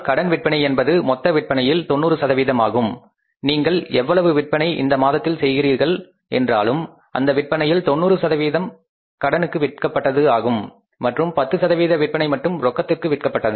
கடன் விற்பனை என்பது மொத்த விற்பனையில் 90 சதவீதம் ஆகும் நீங்கள் எவ்வளவு விற்பனை இந்த மாதத்தில் செய்கின்றீர்கள் என்றாலும் அந்த விற்பனையில் 90 கடனுக்கு விற்கப்பட்டது ஆகும் மற்றும் 10 விற்பனை மட்டும் ரொக்கத்திற்கு விற்கப்பட்டது